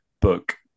Book